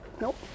Nope